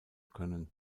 können